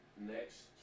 next